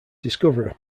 discoverer